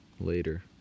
later